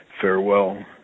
farewell